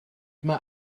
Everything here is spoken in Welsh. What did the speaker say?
mae